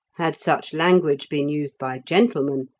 had such language been used by gentlemen,